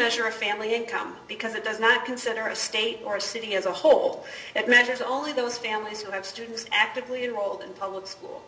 measure of family income because it does not consider a state or city as a whole that measures only those families who have students actively enroll in public school